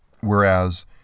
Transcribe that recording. Whereas